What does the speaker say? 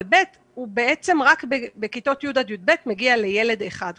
אבל (ב) בעצם רק בכיתות י'-י"ב הוא מגיע לילד אחד.